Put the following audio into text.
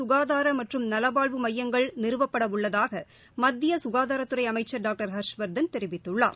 சுகாதார மற்றும் நல்வாழ்வு மையங்கள் நிறுவப்பட உள்ளதாக மத்திய சுகாதாரத்துறை டாக்டர் ஹர்ஷவர்தன் தெரிவித்துள்ளார்